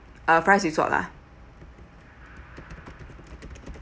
uh fries with salt lah